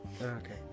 okay